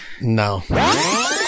no